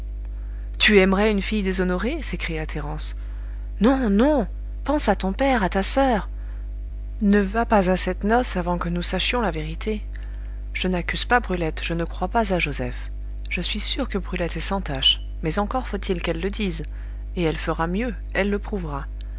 tu aimerais une fille déshonorée s'écria thérence non non pense à ton père à ta soeur ne va pas à cette noce avant que nous sachions la vérité je n'accuse pas brulette je ne crois pas à joseph je suis sûre que brulette est sans tache mais encore faut-il qu'elle le dise et elle fera mieux elle le prouvera